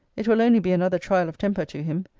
it will only be another trial of temper to him.